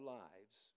lives